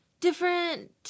different